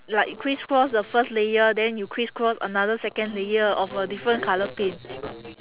like criss cross the first layer then you criss cross another second layer of a different colour paint